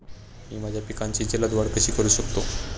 मी माझ्या पिकांची जलद वाढ कशी करू शकतो?